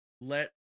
let